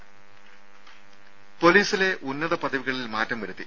രംഭ പൊലീസിലെ ഉന്നത പദവികളിൽ മാറ്റം വരുത്തി